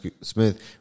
Smith